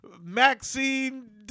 Maxine